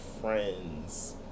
friends